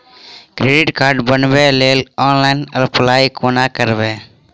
Credit card बनाबै लेल online apply कोना करबै?